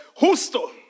justo